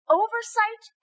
oversight